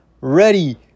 ready